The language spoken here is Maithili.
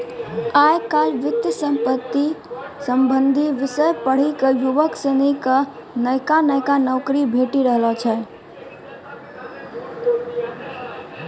आय काइल वित्त संबंधी विषय पढ़ी क युवक सनी क नयका नयका नौकरी भेटी रहलो छै